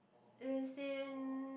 as in